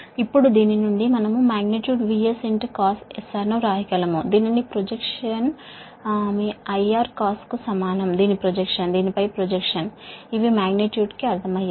ఇప్పుడు దీని నుండి మనం magnitude VS cos S R ను వ్రాయగలము దీనిపై ప్రొజెక్షన్ మీ IR cos కు సమానం ఇవి మాగ్నిట్యూడ్ పరంగా అర్థమయ్యేవి